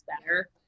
better